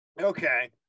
Okay